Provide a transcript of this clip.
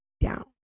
down